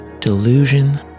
delusion